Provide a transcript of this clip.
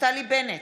נפתלי בנט,